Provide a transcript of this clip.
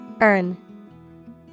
Earn